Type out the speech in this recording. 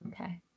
Okay